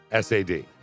SAD